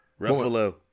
Ruffalo